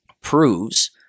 proves